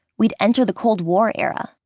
we'd entered the cold war era,